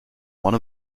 one